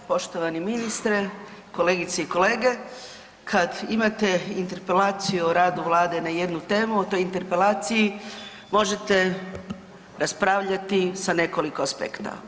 Poštovani ministre, kolegice i kolege kad imate interpelaciju o radu Vlade na jednu temu o toj interpelaciji možete raspravljati sa nekoliko aspekata.